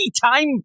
time